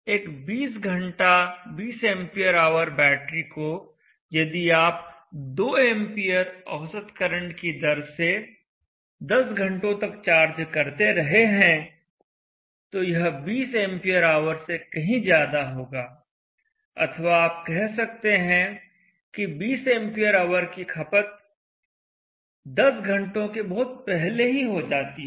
एक 20 घंटा 20 ampere hour battery को यदि आप 2 एंपियर औसत करंट की दर से 10 घंटों तक चार्ज करते रहे हैं तो यह 20 एंपियर आवर से कहीं ज्यादा होगा अथवा आप कह सकते हैं कि 20 एंपियर आवर की खपत 10 घंटों के बहुत पहले ही हो जाती है